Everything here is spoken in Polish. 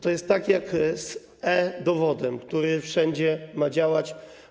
To jest tak jak z e-dowodem, który wszędzie ma działać.